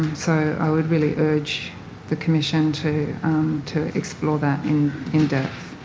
so i would really urge the commission to to explore that in in depth.